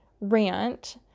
rant